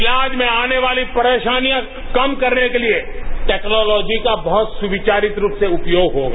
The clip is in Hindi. इलाज में आने वाली परेशानियां कम करने के लिए टैक्नॉलोजी का बहत सुविचारित रूप से उपयोग होगा